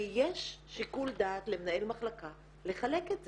ויש שיקול דעת למנהל מחלקה לחלק את זה.